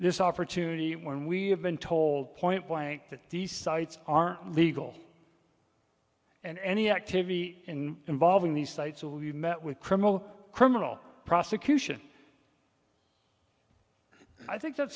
this opportunity when we have been told point blank that these sites are legal and any activity in involving these sites will you met with criminal criminal prosecution i think that's